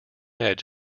edge